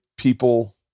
People